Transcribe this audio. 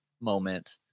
moment